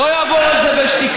לא אעבור על זה בשתיקה.